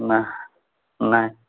ନା ନାହିଁ